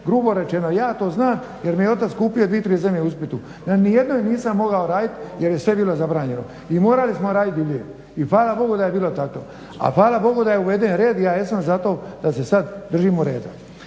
grubo rečeno. Ja to znam jer mi je otac kupio 2, 3 zemlje u Splitu. Na niti jednoj nisam mogao raditi jer je sve bilo zabranjeno. I morali smo raditi divlje. I hvala Bogu da je bilo tako. A hvala Bogu da je uveden red, ja jesam za to da se sada držimo reda.